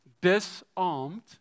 disarmed